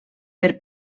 per